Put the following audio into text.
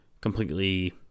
completely